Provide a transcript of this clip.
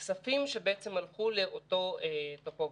אבל גם היו שם הכספים שהלכו לאותו אפוטרופוס.